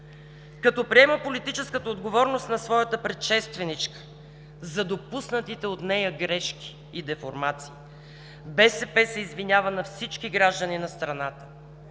„Като приема политическата отговорност на своята предшественичка за допуснатите от нея грешки и деформации, БСП се извинява на всички граждани на страната,